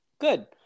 Good